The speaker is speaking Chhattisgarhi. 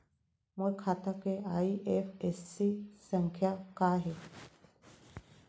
मोर खाता के आई.एफ.एस.सी संख्या का हे?